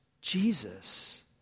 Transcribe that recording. Jesus